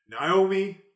Naomi